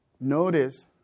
Notice